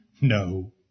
No